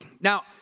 Now